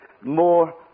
more